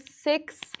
six